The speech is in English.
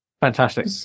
Fantastic